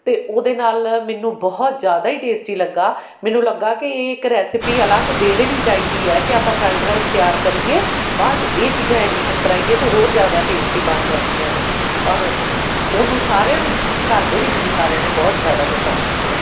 ਅਤੇ ਉਹਦੇ ਨਾਲ ਮੈਨੂੰ ਬਹੁਤ ਜ਼ਿਆਦਾ ਹੀ ਟੇਸਟੀ ਲੱਗਾ ਮੈਨੂੰ ਲੱਗਾ ਕਿ ਇਹ ਇੱਕ ਰੈਸਪੀ ਅਲੱਗ ਦੇ ਦੇਣੀ ਚਾਹੀਦੀ ਹੈ ਕਿ ਆਪਾਂ ਫਰਾਈਡ ਰਾਈਸ ਤਿਆਰ ਕਰੀਏ ਬਾਅਦ 'ਚ ਇਹ ਚੀਜ਼ਾਂ ਐਡੀਸ਼ਨ ਕਰਵਾਈਏ ਤਾਂ ਹੋਰ ਜ਼ਿਆਦਾ ਟੇਸਟੀ ਬਣ ਜਾਂਦੀਆਂ ਨੇ ਔਰ ਉਹਨੂੰ ਸਾਰਿਆਂ ਨੇ ਘਰ ਦੇ ਵਿੱਚ ਵੀ ਸਾਰਿਆਂ ਨੇ ਬਹੁਤ ਜ਼ਿਆਦਾ ਪਸੰਦ ਕੀਤਾ